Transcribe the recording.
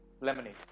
lemonade